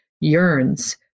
yearns